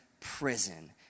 prison